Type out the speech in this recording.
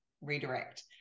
redirect